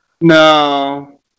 No